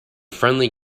friendly